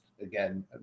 again